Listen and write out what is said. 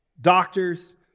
doctors